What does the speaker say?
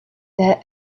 there